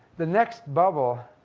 the next bubble?